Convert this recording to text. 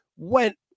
Went